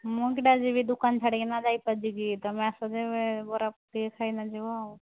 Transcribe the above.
ମୁଁ କେମିତି ଯିବି ଦୋକାନ ଛାଡ଼ିକିନା ଯାଇପାରିବିକି ତୁମେ ଆସ ତେବେ ବରା ପକୁଡ଼ି ଖାଇକି ଯିବ ଆଉ